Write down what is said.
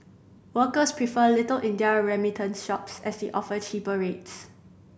workers prefer Little India remittance shops as they offer cheaper rates